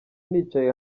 nicaye